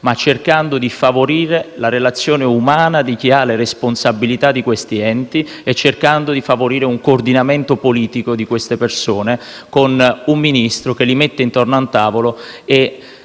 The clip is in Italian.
ma cercando di favorire la relazione umana di chi ha le responsabilità di questi enti e cercando di favorire un coordinamento politico di queste persone con un Ministro che li metta intorno a un tavolo